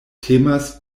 temas